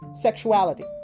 sexuality